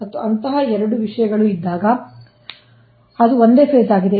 ಮತ್ತು ಅಂತಹ 2 ವಿಷಯಗಳು ಇದ್ದಾಗ ಅದು ಒಂದೇ ಫೇಸ್ ಆಗಿದೆ